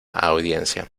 audiencia